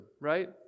right